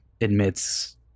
admits